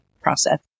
process